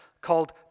called